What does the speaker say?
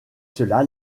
cela